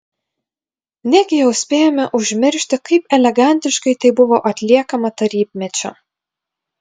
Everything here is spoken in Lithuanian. negi jau spėjome užmiršti kaip elegantiškai tai buvo atliekama tarybmečiu